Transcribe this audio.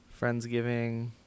Friendsgiving